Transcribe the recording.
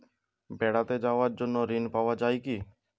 বেড়াতে যাওয়ার জন্য ঋণ পাওয়া যায় কি?